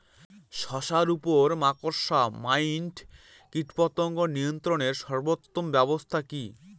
শশার উপর মাকড়সা মাইট কীটপতঙ্গ নিয়ন্ত্রণের সর্বোত্তম ব্যবস্থা কি?